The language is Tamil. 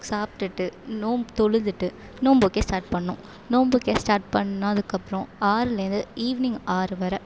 சாப்பிட்டுட்டு நோன்பு தொழுதுட்டு நோன்பு வைக்க ஸ்டார்ட் பண்ணும் நோன்பு வைக்க ஸ்டார்ட் பண்ணதுக்கப்புறோம் ஆறுலேருந்து ஈவினிங் ஆறு வரை